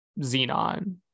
Xenon